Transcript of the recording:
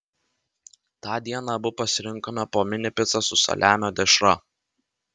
tą dieną abu pasirinkome po mini picą su saliamio dešra